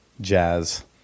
jazz